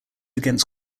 against